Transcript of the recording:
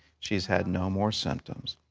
she's had no more symptoms.